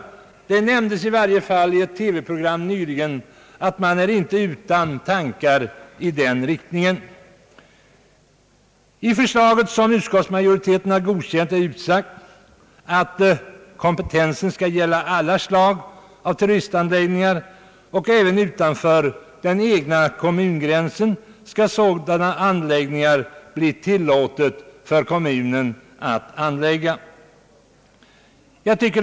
I varje fall nämndes det i ett TV-program nyligen att man inte är främmande för tankar i den riktningen. I det förslag som utskottsmajoriteten har godkänt är utsagt att kompetensen skall gälla alla slag av turistanläggningar. Även utanför den egna kommungränsen skall det bli tillåtet med sådana anläggningar.